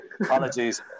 apologies